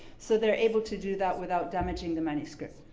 so they're able to do that without damaging the manuscript.